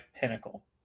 pinnacle